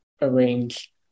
arrange